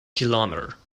kilometer